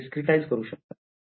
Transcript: discretize करू शकता बरोबर